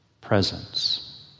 presence